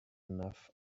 enough